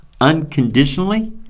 unconditionally